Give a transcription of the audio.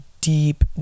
deep